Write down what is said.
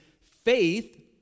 faith